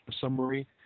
summary